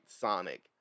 Sonic